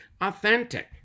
authentic